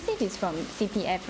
be it's from C_P_F